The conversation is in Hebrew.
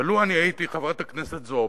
ולו אני הייתי חברת הכנסת זועבי,